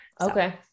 Okay